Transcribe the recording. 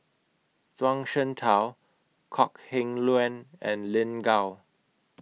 Zhuang Shengtao Kok Heng Leun and Lin Gao